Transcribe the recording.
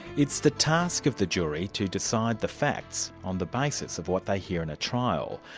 it's the task of the jury to decide the facts on the basis of what they hear in a trial.